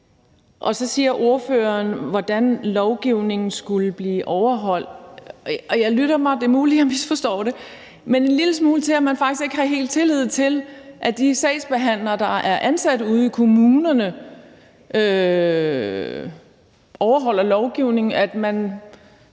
siger noget om, hvordan lovgivningen skulle blive overholdt. Og jeg lytter mig en lille smule til, men det er muligt, at jeg misforstår det, at man faktisk ikke helt har tillid til, at de sagsbehandlere, der er ansat ude i kommunerne, overholder lovgivningen